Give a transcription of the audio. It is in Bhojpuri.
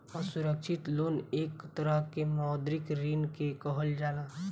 असुरक्षित लोन एक तरह के मौद्रिक ऋण के कहल जाला